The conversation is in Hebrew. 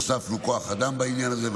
הוספנו כוח אדם בעניין הזה,